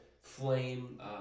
flame